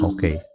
Okay